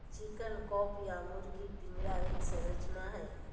chicken coop या मुर्गी पिंजरा एक संरचना हई,